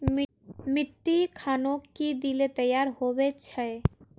मिट्टी खानोक की दिले तैयार होबे छै?